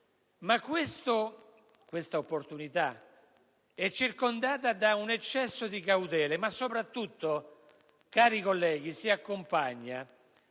Questa opportunità, però, è circondata da un eccesso di cautele e, soprattutto, cari colleghi, si accompagna